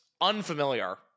unfamiliar